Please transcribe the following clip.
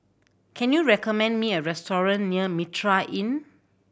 can you recommend me a restaurant near Mitraa Inn